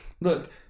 Look